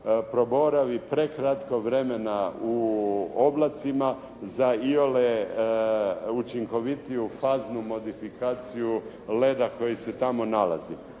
proboravi prekratko vremena u oblacima za iole učinkovitiju faznu modifikaciju leda koji se tamo nalazi.